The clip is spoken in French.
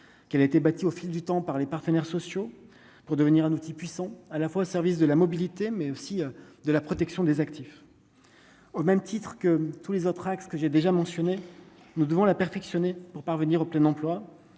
qu'elle a été bâtie au fil du temps par les partenaires sociaux pour devenir un outil puissant à la fois au service de la mobilité mais aussi de la protection des actifs au même titre que tous les autres axes que j'ai déjà mentionnée, nous devons la perfectionner pour parvenir au plein emploi,